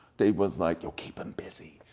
they was like, yo, keep him busy.